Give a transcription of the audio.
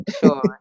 Sure